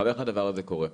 איך הדבר הזה קורה?